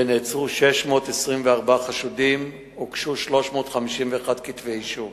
נעצרו 624 חשודים, הוגשו 351 כתבי אישום.